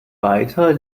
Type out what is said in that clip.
weiter